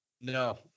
no